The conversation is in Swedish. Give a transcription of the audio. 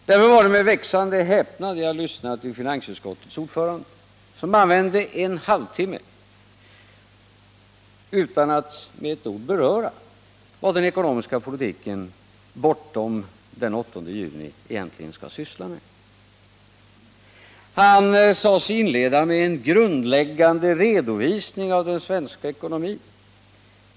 Därför var det med växande häpnad jag lyssnade till finansutskouets ordförande, som använde en halvtimme utan att med eti ord beröra vad den ekonomiska politiken bortom den 8 juni egentligen skall syssla med. Han sade sig inleda med en grundläggande redovisning av den svenska ekonomin.